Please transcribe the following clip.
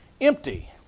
empty